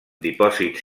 dipòsits